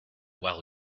well